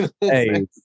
Hey